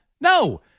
No